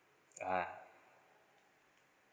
ah